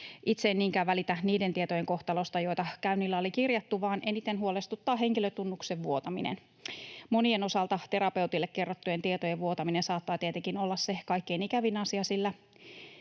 Itse en niinkään välitä niiden tietojen kohtalosta, joita käynnillä oli kirjattu, vaan eniten huolestuttaa henkilötunnuksen vuotaminen. Monien osalta terapeutille kerrottujen tietojen vuotaminen saattaa tietenkin olla se kaikkein ikävin asia, sillä